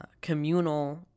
communal